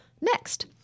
next